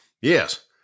Yes